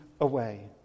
away